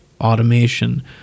automation